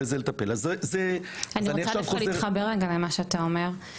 גם בזה אנחנו צריכים לטפל --- אני רוצה להתחבר רגע למה שאתה אומר,